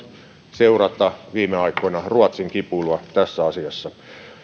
seurata viime aikoina ruotsin kipuilua tässä asiassa